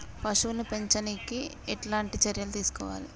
పశువుల్ని పెంచనీకి ఎట్లాంటి చర్యలు తీసుకోవాలే?